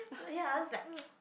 ya I will just like